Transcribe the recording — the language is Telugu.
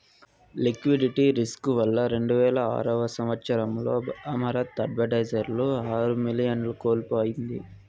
లిక్విడిటీ రిస్కు వల్ల రెండువేల ఆరవ సంవచ్చరంలో అమరత్ అడ్వైజర్స్ ఆరు మిలియన్లను కోల్పోయింది